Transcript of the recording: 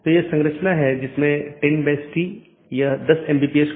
तो यह ऐसा नहीं है कि यह OSPF या RIP प्रकार के प्रोटोकॉल को प्रतिस्थापित करता है